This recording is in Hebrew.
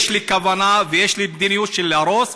יש לי כוונה ויש לי מדיניות של להרוס.